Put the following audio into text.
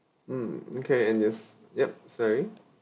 mm okay and this yup sorry